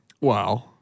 Wow